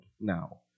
now